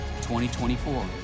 2024